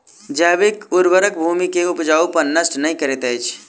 जैविक उर्वरक भूमि के उपजाऊपन नष्ट नै करैत अछि